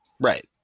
Right